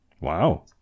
Wow